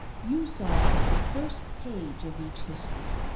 you saw but the first page of each history.